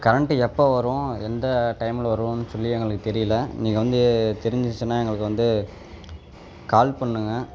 current எப்போ வரும் எந்த டைம்ல வரும்னு சொல்லி எங்களுக்கு தெரியல நீங்கள் வந்து தெரிஞ்சிச்சின்னால் எங்களுக்கு வந்து கால் பண்ணுங்கள்